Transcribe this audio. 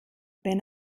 wenn